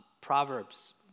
Proverbs